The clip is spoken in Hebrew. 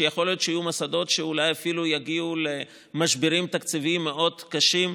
שיכולים להיות מוסדות שאולי אפילו יגיעו למשברים תקציביים מאוד קשים.